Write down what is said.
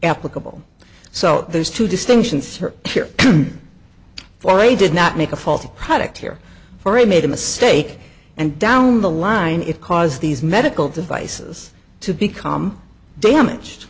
applicable so there's two distinctions here for a did not make a faulty product here for a made a mistake and down the line it caused these medical devices to become damaged